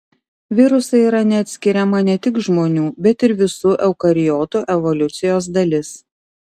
virusai yra neatskiriama ne tik žmonių bet ir visų eukariotų evoliucijos dalis